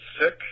sick